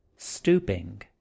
Stooping